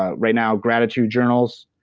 ah right now, gratitude journals,